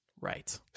Right